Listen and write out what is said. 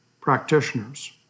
practitioners